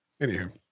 Anywho